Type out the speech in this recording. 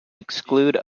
exclude